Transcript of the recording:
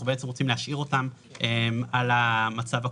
אנחנו בעצם רוצים להשאיר אותם במצב הקודם.